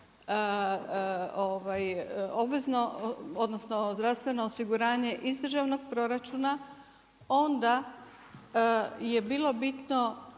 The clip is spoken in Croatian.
odnosno zdravstveno osiguranje iz državnog proračuna onda je bilo bitno